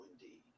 indeed